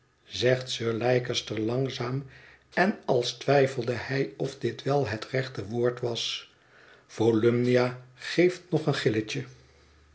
zegt sir leicester langzaam en als twijfelde hij of dit wel het rechte woord wfts volumnia geeft nog een gilletje